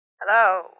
Hello